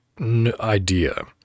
idea